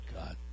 God